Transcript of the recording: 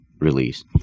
release